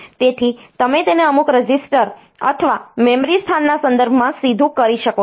તેથી તમે તેને અમુક રજિસ્ટર અથવા મેમરી સ્થાનના સંદર્ભમાં સીધું કરી શકો છો